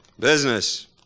business